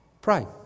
pray